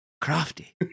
crafty